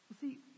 See